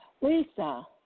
Lisa